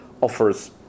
offers